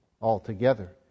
altogether